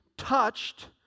touched